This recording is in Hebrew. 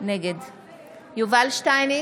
נגד יובל שטייניץ,